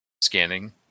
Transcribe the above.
scanning